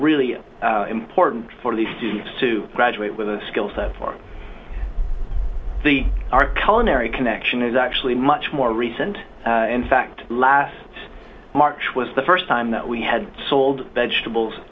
ally important for the students to graduate with a skill set for the cull unary connection is actually much more recent in fact last march was the first time that we had sold vegetables